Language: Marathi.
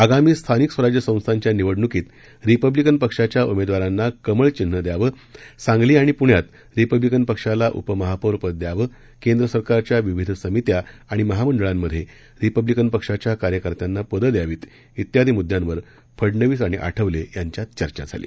आगामी स्थानिक स्वराज्य संस्थांच्या निवडणुकीत रिपब्लिकन पक्षाच्या उमेदवारांना कमळ चिन्ह द्यावं सांगली आणि पुण्यात रिपथ्लिकन पक्षाला उपमहापौर पद द्यावं केंद्र सरकारच्या विविध समित्या आणि महामंडळांमध्ये रिपथ्लिकन पक्षाच्या कार्यकर्त्याना पदं द्यावित तियादी मुद्यांवर फडनवीस आणि आठवले यांच्यात चर्चा झाली